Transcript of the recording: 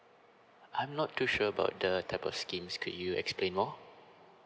I'm not too sure about the type of schemes could you explain more